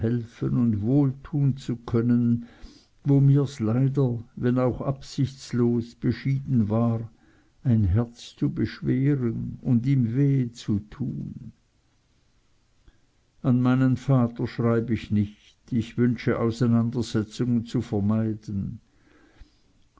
und wohltun zu können wo mir's leider wenn auch absichtslos beschieden war ein herz zu beschweren und ihm wehe zu tun an meinen vater schreib ich nicht ich wünsche auseinandersetzungen zu vermeiden